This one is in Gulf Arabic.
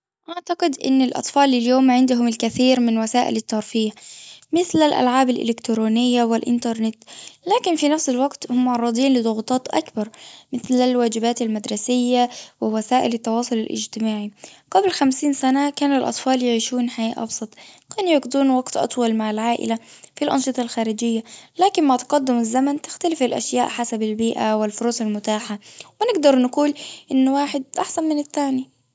أعتقد أن الأطفال اليوم عندهم الكثير من وسائل الترفيه. مثل الألعاب الألكترونية والأنترنت. لكن في نفس الوقت هم معرضين لضغوطات أكبر. مثل الواجبات المدرسية ووسائل التواصل الأجتماعي. قبل خمسين سنة كان الأطفال يعيشون حياة أبسط. كان يقضون وقت أطول مع العائلة في الأنشطة الخارجية. لكن مع تقدم الزمن تختلف الأشياء حسب البيئة والفرص المتاحة. ونقدر نقول أن واحد أحسن من التاني.